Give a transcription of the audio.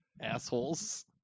Assholes